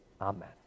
amen